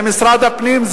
זה משרד הפנים,